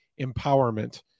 empowerment